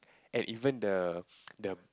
and even the the